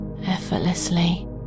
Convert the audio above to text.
effortlessly